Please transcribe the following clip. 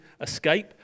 escape